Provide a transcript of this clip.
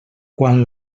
quan